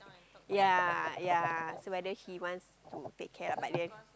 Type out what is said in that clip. ya ya so whether he want to take care of like the